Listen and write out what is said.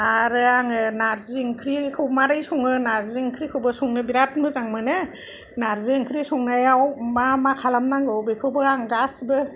आरो आङो नारजि ओंख्रिखौ मारै सङो नारजि ओंख्रिखौबो संनो बिराद मोजां मोनो नारजि ओंख्रि संनायाव मा मा खालामनांगौ बेखौबो आं गासिबो